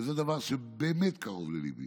וזה דבר שבאמת קרוב לליבי,